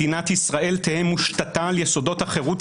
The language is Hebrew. מדינת ישראל תהא מושתתת על יסודות החירות,